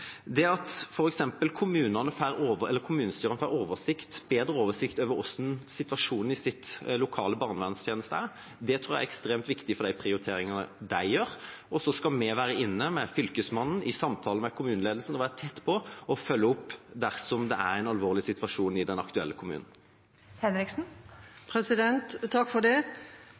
Det at kommunestyrene f.eks. får bedre oversikt over hvordan situasjonen i deres lokale barnevernstjeneste er, tror jeg er ekstremt viktig for prioriteringene de gjør. Og så skal vi være inne med Fylkesmannen i samtale med kommuneledelsen og være tett på og følge opp dersom det er en alvorlig situasjon i den aktuelle kommunen. Jeg siterer fra Kristelig Folkepartis hjemmeside, hvor det står: «Det viktigste for kvalitet i barnehagene er at det